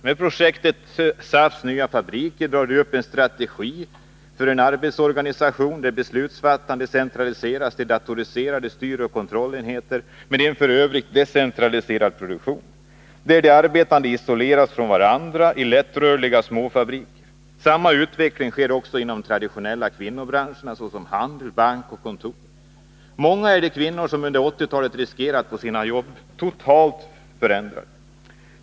Med projektet ”SAF:s nya fabriker” drar de upp en effekter på arbetslivet effekter på arbetslivet strategi för en arbetsorganisation där beslutsfattandet centraliseras till datoriserade styroch kontrollenheter med en f. ö. decentraliserad produktion, där de arbetande isoleras från varandra i lättrörliga småfabriker. Samma utveckling sker också inom traditionella kvinnobranscher såsom handel, bank och kontor. Många är de kvinnor som under 1980-talet riskerar att få se sina jobb totalt förändrade.